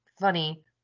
funny